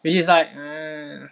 which is like eh